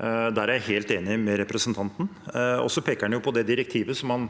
Der er jeg helt enig med representanten. Han peker også på det direktivet som han